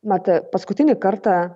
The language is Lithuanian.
mat paskutinį kartą